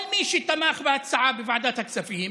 כל מי שתמך בהצעה בוועדת הכספים,